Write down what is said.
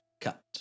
Cut